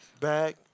back